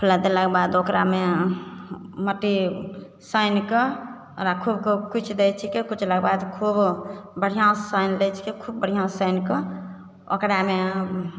फुला देलाके बाद ओकरामे हँ मट्टी सानि कऽ ओकरा खुबकऽ कुचि दै छिकै कुचलाके बाद खुब बढ़िआँ से सानि दै छै खुब बढ़िआँसँ सानि कऽ ओकरामे